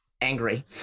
angry